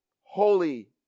holy